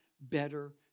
better